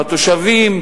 התושבים,